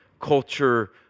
culture